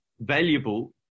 valuable